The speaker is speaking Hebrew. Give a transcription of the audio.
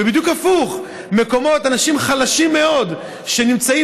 ובדיוק הפוך: אנשים חלשים מאוד שנמצאים